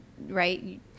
right